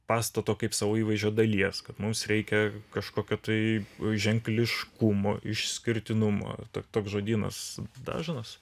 pastato kaip savo įvaizdžio dalies kad mums reikia kažkokio tai ženkliškumo išskirtinumo tok toks žodynas dažnas